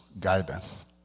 guidance